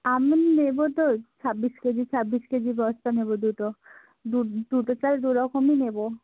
আমি নেবো তো ছাব্বিশ কেজি ছাব্বিশ কেজি বস্তা নেবো দুটো দুটো চাল দুরকমই নেবো